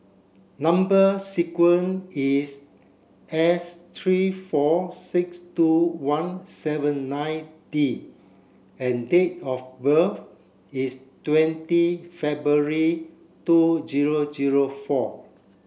number sequence is S three four six two one seven nine D and date of birth is twenty February two zero zero four